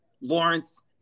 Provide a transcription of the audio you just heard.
Lawrence